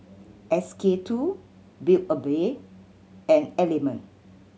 S K Two Build A Bear and Element